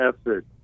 effort